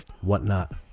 whatnot